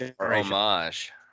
Homage